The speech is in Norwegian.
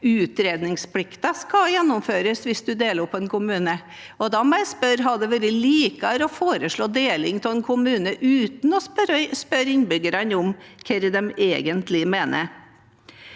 utredningsplikten skal gjennomføres hvis man deler opp en kommune. Da må jeg spørre: Hadde det vært bedre å foreslå deling av en kommune uten å spørre innbyggerne om hva de egentlig mener?